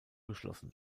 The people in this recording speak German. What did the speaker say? geschlossen